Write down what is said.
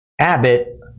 Abbott